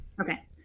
okay